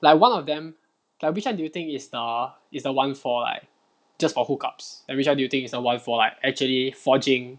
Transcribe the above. like one of them like which [one] do you think is the is the one for like just for hookups then which [one] do you think is the one for like actually forging